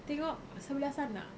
tengok sebelas anak